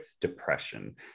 depression